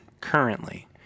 currently